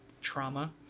trauma